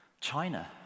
China